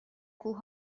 کوه